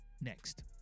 next